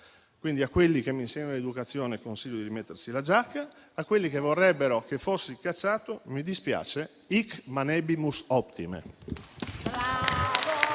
Quindi, a quelli che mi insegnano l'educazione, consiglio di rimettersi la giacca. A quelli che vorrebbero che fossi cacciato, mi dispiace: *hic manebimus optime*.